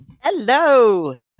Hello